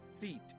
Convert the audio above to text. feet